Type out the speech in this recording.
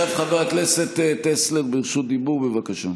עכשיו חבר הכנסת טסלר ברשות דיבור, בבקשה.